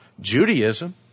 Judaism